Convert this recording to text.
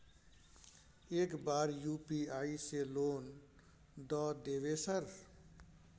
एक बार यु.पी.आई से लोन द देवे सर?